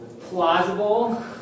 Plausible